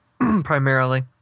primarily